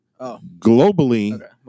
globally